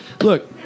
Look